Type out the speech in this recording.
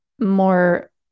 more